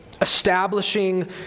establishing